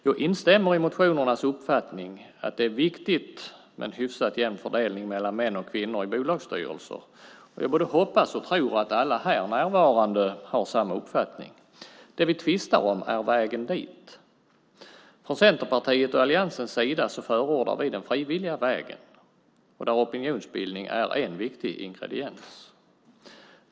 Jag instämmer i motionärernas uppfattning att det är viktigt med en hyfsat jämn fördelning mellan män och kvinnor i bolagsstyrelser, och jag både hoppas och tror att alla här närvarande har samma uppfattning. Det vi tvistar om är vägen dit. Från Centerpartiets och alliansens sida förordar vi den frivilliga vägen, och där är opinionsbildning en viktig ingrediens.